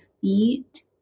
feet